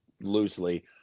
loosely